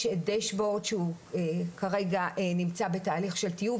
יש דשבורד שהוא כרגע נמצא בתהליך של טיוב,